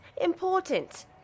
important